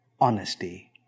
Honesty